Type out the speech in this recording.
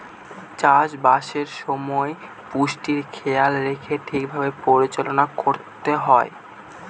চাষবাসের সময় পুষ্টির খেয়াল রেখে ঠিক ভাবে পরিচালনা করতে হয়